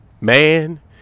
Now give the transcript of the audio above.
man